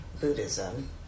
Buddhism